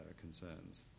concerns